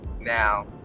Now